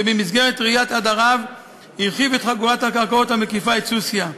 שבמסגרת רעיית עדריו הרחיב את חגורת הקרקעות המקיפה את סוסיא.